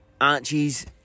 Archie's